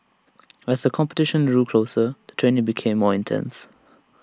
as the competition drew closer the training became more intense